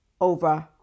over